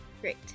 Great